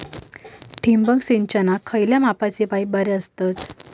ठिबक सिंचनाक खयल्या मापाचे पाईप बरे असतत?